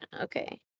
okay